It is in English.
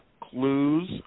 clues